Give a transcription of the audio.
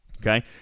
Okay